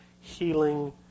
healing